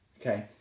Okay